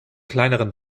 kleineren